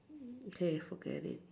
okay forget it